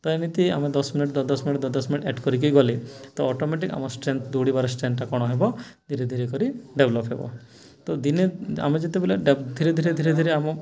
ତ ଏମିତି ଆମ ଦଶ ମିନିଟ ଦଶ ମିନିଟ ଦଶ ମିନିଟ କରିକି ଗଲେ ତ ଅଟୋମେଟିକ୍ ଆମର ଷ୍ଟ୍ରେନ୍ଥ ଦୌଡ଼ିବାର ଷ୍ଟ୍ରେନ୍ଥଟା କ'ଣ ହେବ ଧରେ ଧୀରେ ଡେଭଲପ୍ ହେବ ତ ଦିନେ ଆମେ ଯେତେବେଳେ ଧୀରେ ଧୀରେ ଧୀରେ ଧୀରେ ଆମ